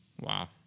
Wow